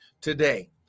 today